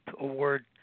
award